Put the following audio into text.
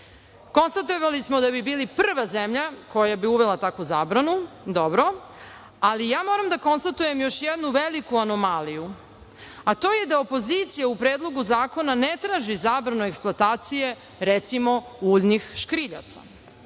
Konstatovali smo da bismo bili prva zemlja koja bi uvela takvu zabranu – dobro, ali ja moram da konstatujem još jednu veliku anomaliju, a to je da opozicija u Predlogu zakona ne traži zabranu eksploatacije recimo uljnih škriljaca. Moram